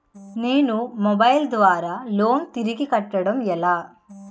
నేను మొబైల్ ద్వారా లోన్ తిరిగి కట్టడం ఎలా?